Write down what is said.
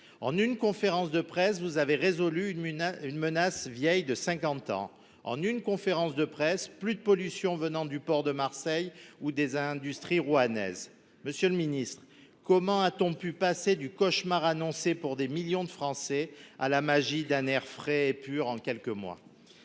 En une conférence de presse, vous avez résolu une menace vieille de cinquante ans ! En une conférence de presse, plus de pollution venant du port de Marseille ou des industries rouennaises ! Monsieur le ministre, comment a t on pu passer du cauchemar annoncé pour des millions de Français à la magie d’un air frais et pur en quelques mois ?